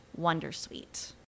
Wondersuite